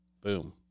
boom